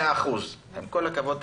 100%. עם כל הכבוד,